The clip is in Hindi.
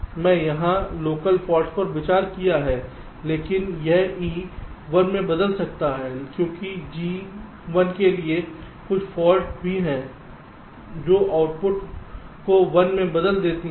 इसलिए मैंने यहां लोकल फाल्ट पर विचार किया है लेकिन यह E 1 में बदल सकता है क्योंकि G1 में कुछ फाल्ट भी है जो आउटपुट को 1 में बदल देती है